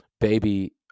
Baby